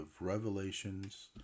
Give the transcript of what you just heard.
Revelations